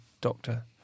doctor